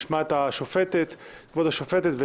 נשמע את כבוד השופטת,